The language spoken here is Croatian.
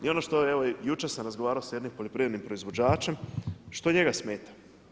I ono što, evo jučer sam razgovarao sa jednim poljoprivrednim proizvođačem, što njega smeta?